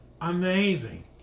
Amazing